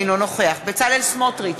אינו נוכח בצלאל סמוטריץ,